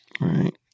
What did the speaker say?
Right